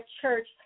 church